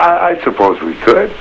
it i suppose we could